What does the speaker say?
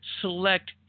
select